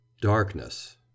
Darkness